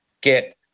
get